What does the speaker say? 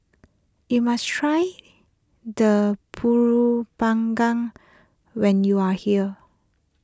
you must try the Pulut Panggang when you are here